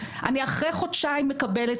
אני אחרי חודשיים מקבלת,